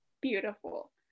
beautiful